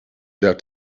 der